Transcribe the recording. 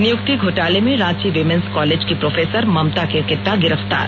नियुक्ति घोटाले में रांची वीमेन्स कॉलेज की प्रोफेसर ममता केरकेट्टा गिरफ्तार